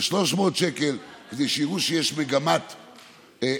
ל-300 שקל, כדי שיראו שיש מגמת החמרה,